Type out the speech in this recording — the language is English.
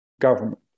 government